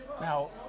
Now